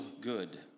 good